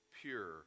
pure